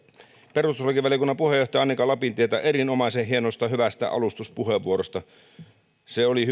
perustuslakivaliokunnan puheenjohtaja annika lapintietä erinomaisen hienosta ja hyvästä alustuspuheenvuorosta se oli